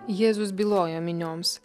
jėzus bylojo minioms